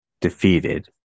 defeated